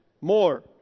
more